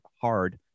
hard